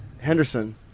Henderson